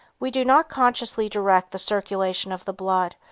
we do not consciously direct the circulation of the blood,